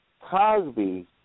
Cosby